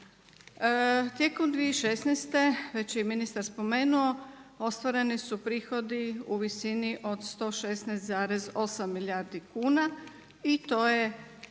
Tijekom 2016. već je i ministar spomenuo ostvareni su prihodi u visini od 116,8 milijardi kuna i to je